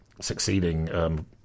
succeeding